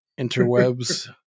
Interwebs